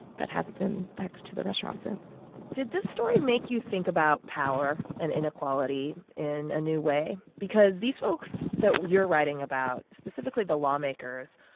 but hasn't been back to the restaurant since did this story make you think about power and inequality in a new way? because these folks that you're writing about, specifically the lawmakers,